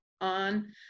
on